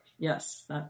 Yes